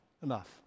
enough